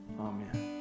amen